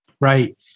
right